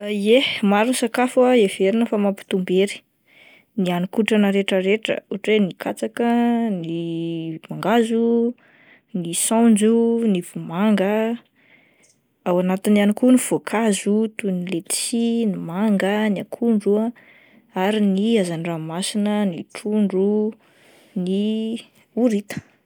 Ye maro ny sakafo heverina fa mampitombo hery ny hanin-kotrana rehetra rehetra ohatra hoe ny katsaka, ny mangahazo, ny saonjo, ny vomanga. Ao anatiny ihany koa ny voankazo toy ny letisy ny manga, ny akondro ary ny hazan-dranomasina ny trondro, horita.